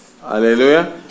Hallelujah